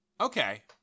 Okay